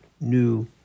new